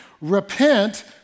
repent